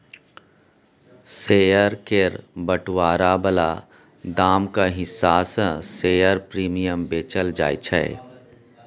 share केर बंटवारा बला दामक हिसाब सँ शेयर प्रीमियम बेचल जाय छै